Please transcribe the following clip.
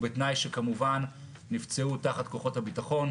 ובתנאי כמובן שנפצעו תחת כוחות הביטחון,